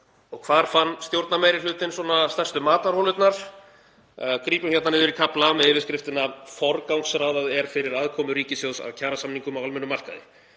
um. Hvar fann stjórnarmeirihlutinn stærstu matarholurnar? Grípum hérna niður í kafla með yfirskriftinni: Forgangsraðað er fyrir aðkomu ríkissjóðs af kjarasamningum á almennum markaði.